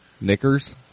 knickers